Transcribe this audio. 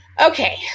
Okay